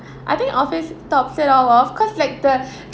I think office tops it all of course like the